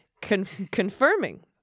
confirming